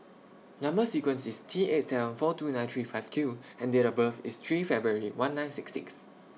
Number sequence IS T eight seven four two nine three five Q and Date of birth IS three February one nine six six